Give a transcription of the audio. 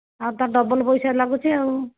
ଆଉ ତା ଡବଲ ପଇସା ଲାଗୁଛି ଆଉ